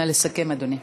נא לסכם, אדוני.